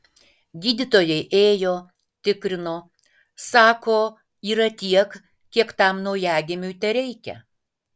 gydytojai ėjo tikrino sako yra tiek kiek tam naujagimiui tereikia